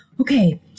okay